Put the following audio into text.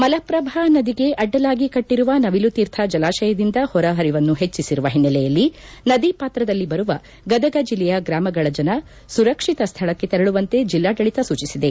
ಮಲಪ್ರಭಾ ನದಿಗೆ ಅಡ್ಡಲಾಗಿ ಕಟ್ಟರುವ ನವಿಲು ತೀರ್ಥ ಜಲಾಶಯದಿಂದ ಹೊರ ಪರಿವನ್ನು ಹೆಚ್ಚಿಸಿರುವ ಹೆನ್ನಲೆಯಲ್ಲಿ ನದಿ ಪಾತ್ರದಲ್ಲಿ ಬರುವ ಗದಗ ಜಿಲ್ಲೆಯ ಗ್ರಾಮಗಳ ಜನ ಸುರಕ್ಷಿತ ಸ್ಥಳಕ್ಷೆ ತೆರಳುವಂತೆ ಜಿಲ್ಲಾಡಳಿತ ಸೂಚಿಸಿದೆ